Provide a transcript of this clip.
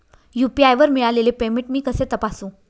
UPI वर मिळालेले payment मी कसे तपासू?